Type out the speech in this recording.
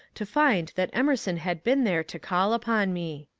to find that emerson had been there to call upon me